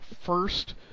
first